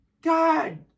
God